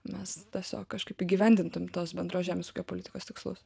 mes tiesiog kažkaip įgyvendintum tos bendros žemės ūkio politikos tikslus